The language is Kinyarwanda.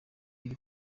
iri